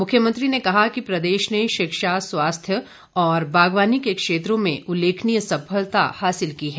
मुख्यमंत्री ने कहा कि प्रदेश ने शिक्षा स्वास्थ्य और बागवानी के क्षेत्रों उल्लेखनीय सफलता हासिल की है